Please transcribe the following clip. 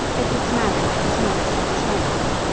edward's marriage was not satisfactory,